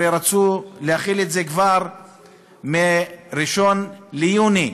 הרי רצו להחיל את זה כבר מ-1 ביוני,